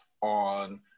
on